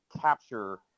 capture